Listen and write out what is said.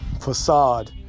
facade